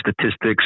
statistics